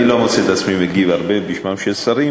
אני לא מוצא את עצמי מגיב הרבה בשמם של שרים,